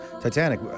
Titanic